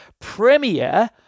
premier